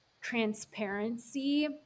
transparency